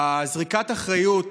זריקת האחריות